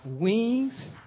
Wings